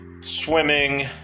swimming